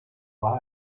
war